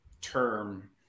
term